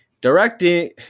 directing